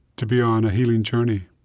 to be on a healing journey.